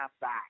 back